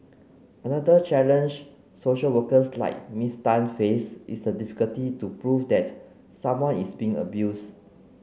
another challenge social workers like Miss Tan face is the difficulty to prove that someone is being abused